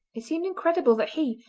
it seemed incredible that he,